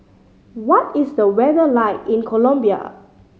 what is the weather like in Colombia